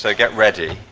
so get ready.